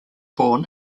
born